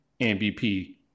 MVP